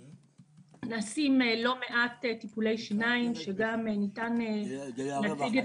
שנעשים לא מעט טיפולי שניים שגם ניתן לתת את